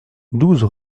douze